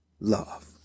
love